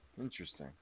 Interesting